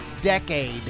decade